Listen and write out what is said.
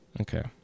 Okay